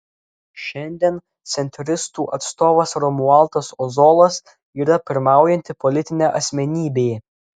šiandien centristų atstovas romualdas ozolas yra pirmaujanti politinė asmenybė